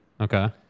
Okay